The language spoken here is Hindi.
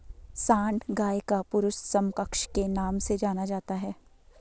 सांड गाय का पुरुष समकक्ष के नाम से जाना जाता है